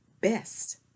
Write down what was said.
best